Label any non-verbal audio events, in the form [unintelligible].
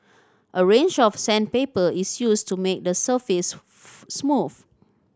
a range of sandpaper is used to make the surface [unintelligible] smooth